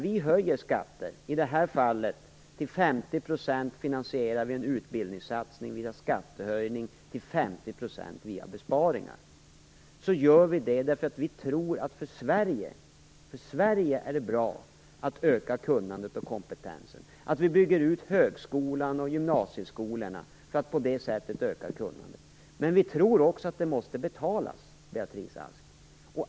I det här fallet finansierar vi en utbildning till Det gör vi för att vi tror att det är bra för Sverige att man ökar kunnandet och kompetensen och bygger ut högskola och gymnasieskola för att öka kunnandet. Vi tror också att det måste betalas.